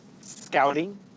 scouting